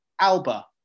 Alba